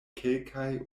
kelkaj